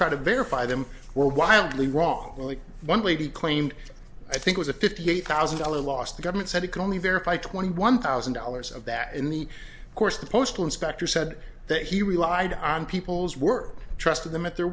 try to verify them were wildly wrong only one way he claimed i think was a fifty eight thousand dollar loss the government said it could only verify twenty one thousand dollars of that in the course the postal inspector said that he relied on people's work trusting them at their